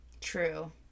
True